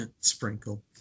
Sprinkle